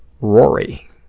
Rory